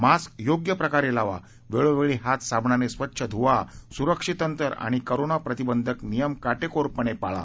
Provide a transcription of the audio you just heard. mask योग्य प्रकारे लावा वेळोवेळी हात साबणाने स्वच्छ धूवा सुरक्षित अंतर आणि कोरोना प्रतिबंधक नियम काटेकोरपणे पाळा